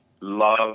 love